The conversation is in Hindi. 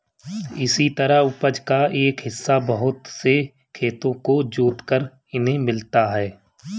इसी तरह उपज का एक हिस्सा बहुत से खेतों को जोतकर इन्हें मिलता है